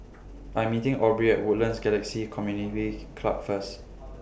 I'm meeting Aubrie Woodlands Galaxy Community Club First